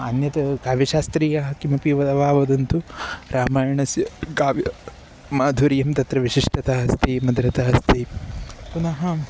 अन्यत् काव्यशास्त्रीयः किमपि वद वा वदन्तु रामायणस्य काव्यमाधुर्यं तत्र विशिष्टतः अस्ति मधुरता अस्ति पुनः